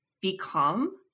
become